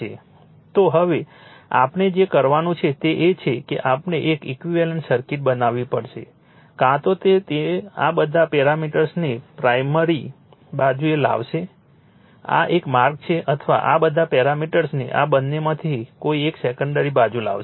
તો હવે આપણે જે કરવાનું છે તે એ છે કે આપણે એક ઈક્વિવેલન્ટ સર્કિટ બનાવવી પડશે કાં તો તે તો આ બધા પેરામીટર્સને પ્રાઇમરી બાજુએ લાવશે આ એક માર્ગ છે અથવા આ બધા પેરામીટર્સને આ બંનેમાંથી કોઈ એક સેકન્ડરી બાજુ લાવશે